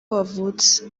wavutse